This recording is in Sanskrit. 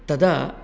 तदा